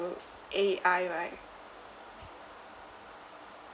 A_I right